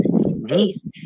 space